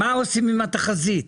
מה עושים עם התחזית?